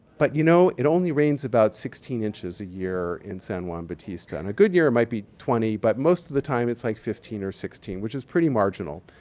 but you know, it only rains about sixteen inches a year in san juan batista. in a good year, it might be twenty, but most of the time, it's like fifteen or sixteen, which is pretty marginal.